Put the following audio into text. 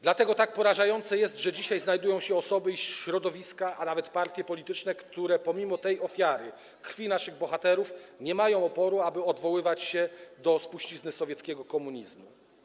Dlatego tak porażające jest to, że dzisiaj znajdują się osoby i środowiska, a nawet partie polityczne, które pomimo tej ofiary, krwi naszych bohaterów nie mają oporu, aby odwoływać się do spuścizny sowieckiego komunizmu.